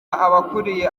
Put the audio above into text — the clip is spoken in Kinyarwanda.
abakurikiye